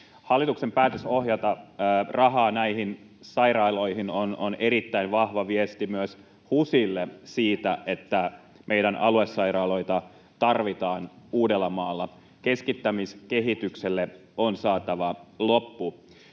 Hallituksen päätös ohjata rahaa näihin sairaaloihin on erittäin vahva viesti myös HUSille siitä, että meidän aluesairaaloita tarvitaan Uudellamaalla. Keskittämiskehitykselle on saatava loppu.